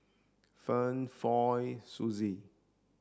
Ferne Floy Susie